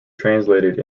translated